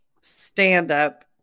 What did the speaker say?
stand-up